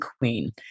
queen